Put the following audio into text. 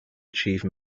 achieve